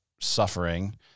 suffering